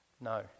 No